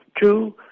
Two